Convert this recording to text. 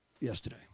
yesterday